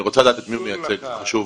אני רוצה לדעת את מי הוא מייצג, זה חשוב.